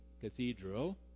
Cathedral